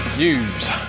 News